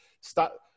stop